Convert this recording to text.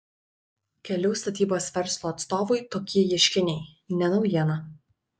kelių statybos verslo atstovui tokie ieškiniai ne naujiena